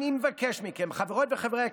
נושא חשוב.